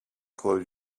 close